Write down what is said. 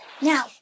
Now